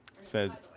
says